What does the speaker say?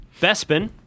Bespin